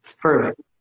Perfect